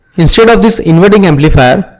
instead of this inverting amplifier,